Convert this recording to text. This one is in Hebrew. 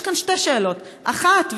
יש כאן שתי שאלות: האחת,